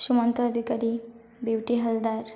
Sumanta Adhikari Beauty Haldar